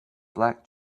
black